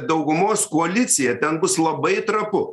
daugumos koalicija ten bus labai trapu